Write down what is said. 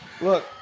look